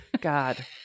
God